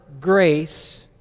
grace